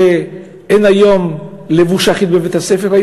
שאין היום לבוש אחיד בבית-הספר,